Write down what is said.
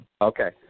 Okay